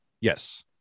Yes